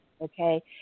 okay